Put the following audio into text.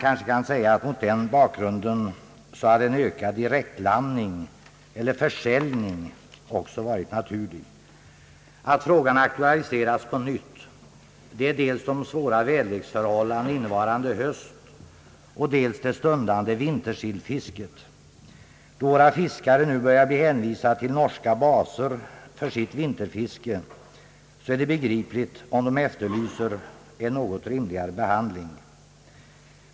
Mot den bakgrunden hade en ökad direktlandning eller försäljning också varit naturlig. Att frågan aktualiserats på nytt beror dels på de svåra väderleksförhållandena innevarande höst, dels på det stundande vintersillfisket. Då våra fiskare nu börjar bli hänvisade till norska baser för sitt vinterfiske är det begripligt, om de efterlyser en något rimligare behandling.